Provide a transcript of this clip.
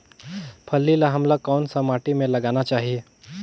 फल्ली ल हमला कौन सा माटी मे लगाना चाही?